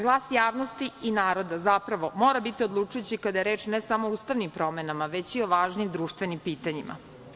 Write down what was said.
Glas javnosti i naroda zapravo mora biti odlučujući kada je reč ne samo o ustavnim promenama, već i o važnim društvenim pitanjima.